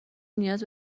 نیاز